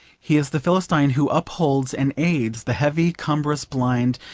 he is the philistine who upholds and aids the heavy, cumbrous, blind,